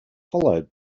followed